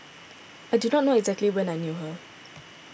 I do not know exactly when I knew her